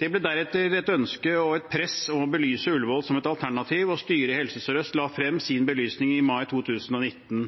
Det ble deretter et ønske og et press om å belyse Ullevål som et alternativ, og styret i Helse Sør-Øst la frem sin belysning i mai 2019.